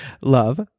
Love